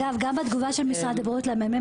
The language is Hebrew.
גם בתגובה של משרד הבריאות למרכז המחקר